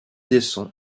descend